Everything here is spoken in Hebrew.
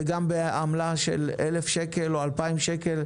גם עמלה של 1,000 שקל או 2,000 שקל,